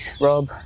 Rob